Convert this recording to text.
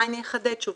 אני אחדד שוב.